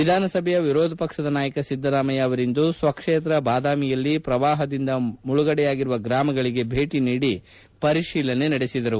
ವಿಧಾನಸಭೆ ವಿರೋಧ ಪಕ್ಷದ ನಾಯಕ ಸಿದ್ಧರಾಮಯ್ಯ ಅವರಿಂದು ಬಾದಾಮಿ ಕ್ಷೇತ್ರದಲ್ಲಿ ಪ್ರವಾಹದಿಂದ ಮುಳುಗಡೆಯಾಗಿರುವ ಗ್ರಾಮಗಳಿಗೆ ಭೇಟೆ ನೀಡಿ ಪರಿಶೀಲನೆ ನಡೆಸಿದರು